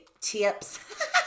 tips